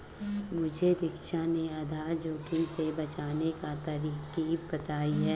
मुझे दीक्षा ने आधार जोखिम से बचने की तरकीब बताई है